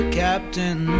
captain